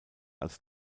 als